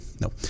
No